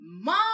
Mom